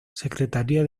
secretaría